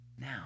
now